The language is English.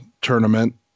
Tournament